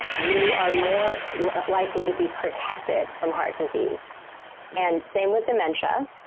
you are more likely to be protected from heart disease and same with dementia,